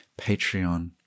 Patreon